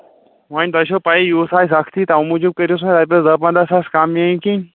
وۄنۍ تۄہہِ چھَو پَیی یِہُس آے سَختی تَمہِ موٗجوٗب کٔرۍوُس وۄنۍ رۄپیَس دَہ پَنداہ ساس کَم میٲنۍ کِنۍ